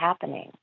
happening